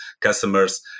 customers